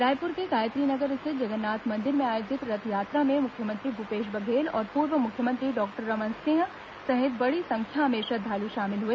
रायपुर के गायत्री नगर स्थित जगन्नाथ मंदिर में आयोजित रथयात्रा में मुख्यमंत्री भूपेश बघेल और पूर्व मुख्यमंत्री डॉक्टर रमन सिंह सहित बड़ी संख्या में श्रद्वालु शामिल हुए